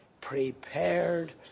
prepared